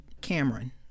Cameron